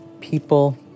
people